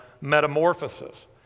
metamorphosis